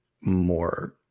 more